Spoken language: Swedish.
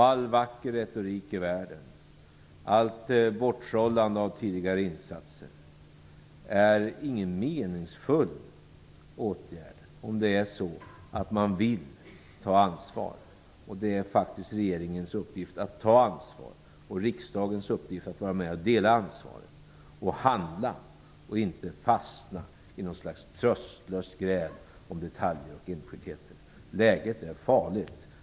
All vacker retorik i världen, allt borttrollande av tidigare insatser är ingen meningsfull åtgärd om man vill ta ansvar. Det är faktiskt regeringens uppgift att ta ansvar och riksdagens uppgift att vara med och dela ansvaret samt att handla och inte fastna i något slags tröstlöst gräl om detaljer och enskildheter. Läget är farligt.